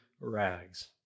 rags